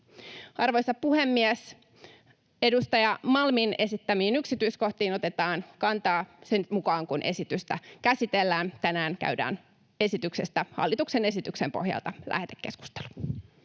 Arvoisa puhemies! Edustaja Malmin esittämiin yksityiskohtiin otetaan kantaa sitä mukaa kuin esitystä käsitellään. Tänään käydään esityksestä hallituksen esityksen pohjalta lähetekeskustelu.